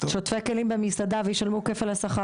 שוטפי הכלים במסעדה וישלמו כפל על השכר